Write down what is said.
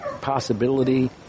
possibility